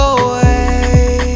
away